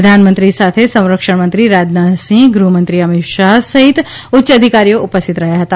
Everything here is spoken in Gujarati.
પ્રધાનમંત્રી સાથે સંરક્ષણ મંત્રી રાજનાથ સિંહ ગૃહમંત્રી અમિત શાહ સહિત ઉચ્ય અધિકારીઓ ઉપસ્થિત રહ્યા હતા